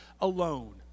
alone